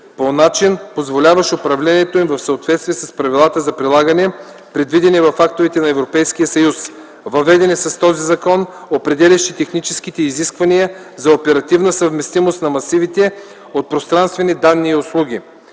по начин, позволяващ управлението им в съответствие с правилата за прилагане, предвидени в актовете на Европейския съюз, въведени с този закон, определящи техническите изисквания за оперативна съвместимост на масивите от пространствени данни и услуги.